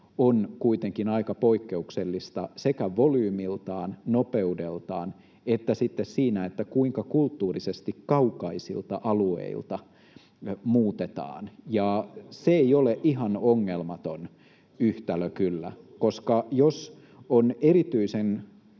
on kuitenkin aika poikkeuksellista sekä volyymiltaan, nopeudeltaan että sitten siinä, kuinka kulttuurisesti kaukaisilta alueilta muutetaan. [Kimmo Kiljunen: Katsokaapa 1800-luvun